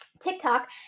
TikTok